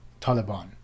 taliban